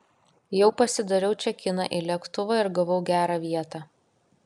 jau pasidariau čekiną į lėktuvą ir gavau gerą vietą